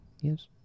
Yes